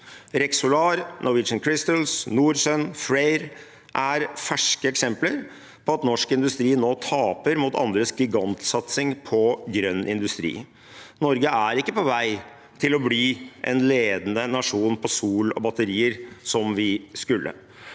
Rex Solar, Norwegian Crystals, Norsun og Freyr er ferske eksempler på at norsk industri taper mot andres gigantsatsing på grønn industri. Norge er ikke på vei til å bli en ledende nasjon på sol og batterier som vi skulle.